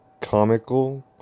comical